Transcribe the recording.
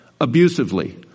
abusively